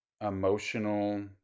emotional